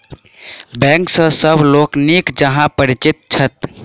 bank सॅ सभ लोक नीक जकाँ परिचित छथि